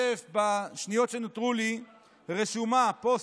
בשניות שנותרו לי אני רוצה לשתף רשומה בפייסבוק,